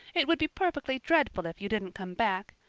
it would be perfectly dreadful if you didn't come back.